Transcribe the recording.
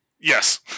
Yes